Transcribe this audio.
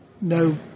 no